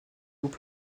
hauts